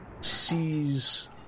sees